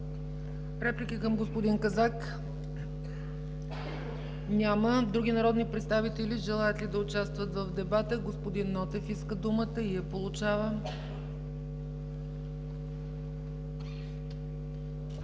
Реплики към господин Казак? Няма. Други народни представители желаят ли да участват в дебата? Господин Нотев иска думата и я получава.